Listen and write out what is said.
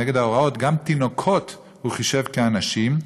נגד ההוראות גם תינוקות הוא חישב כאנשים,